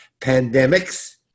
pandemics